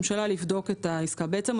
לבדוק את העסקה, כמו שיש לממשלה".